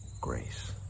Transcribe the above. grace